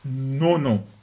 no-no